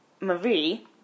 Marie